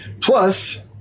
Plus